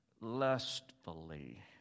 lustfully